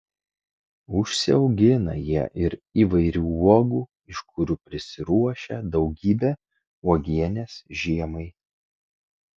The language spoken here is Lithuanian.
užsiaugina jie ir įvairių uogų iš kurių prisiruošia daugybę uogienės žiemai